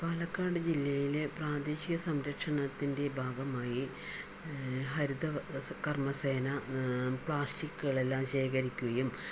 പാലക്കാട് ജില്ലയിലെ പ്രാദേശിക സംരക്ഷണത്തിൻ്റെ ഭാഗമായി ഹരിതകർമ്മ സേന പ്ലാസ്റ്റിക്കുകളെല്ലാം ശേഖരിക്കുകയും